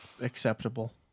acceptable